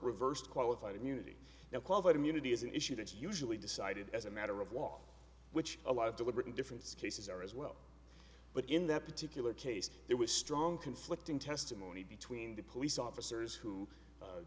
reversed qualified immunity now qualified immunity is an issue that's usually decided as a matter of law which a lot of deliberate indifference cases are as well but in that particular case there was strong conflicting testimony between the police officers who